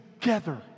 together